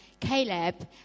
Caleb